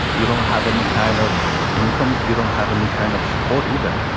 you don't have any kind of income. you don't have any kind of support either.